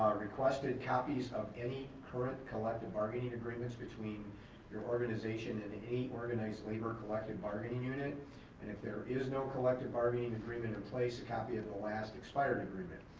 requested copies of any current bargaining agreements between your organization and any organized labor collective bargaining unit. and if there is no collective bargaining agreement in place, a copy of the last expired agreement.